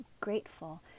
grateful